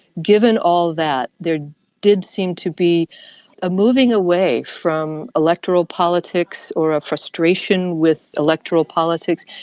given all that, there did seem to be a moving away from electoral politics or a frustration with electoral politics,